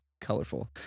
colorful